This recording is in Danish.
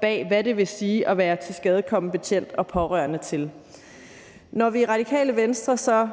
på, hvad det vil sige at være tilskadekommen betjent og pårørende til dem. Når vi i Radikale Venstre så